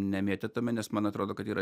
nemėtytume nes man atrodo kad yra